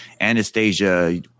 Anastasia